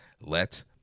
let